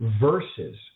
versus